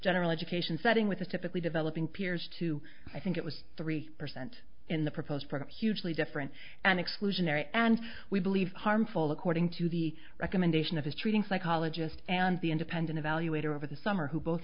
general education setting with the typically developing peers to i think it was three percent in the proposed for a hugely different and exclusionary and we believe harmful according to the recommendation of his treating psychologist and the independent evaluator over the summer who both